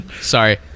Sorry